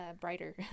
brighter